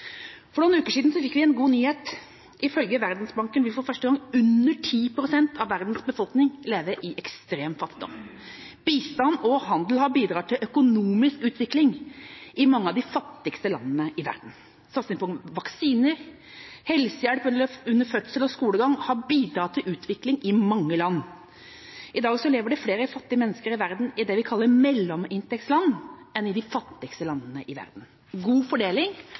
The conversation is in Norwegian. For noen uker siden fikk vi en god nyhet. Ifølge Verdensbanken vil for første gang under 10 pst. av verdens befolkning leve i ekstrem fattigdom. Bistand og handel har bidratt til økonomisk utvikling i mange av de fattigste landene i verden. Satsing på vaksiner, helsehjelp under fødsel og skolegang har bidratt til utvikling i mange land. I dag lever det flere fattige mennesker i det vi kaller mellominntektsland enn i de fattigste landene i verden. God fordeling